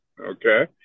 okay